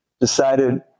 decided